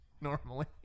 normally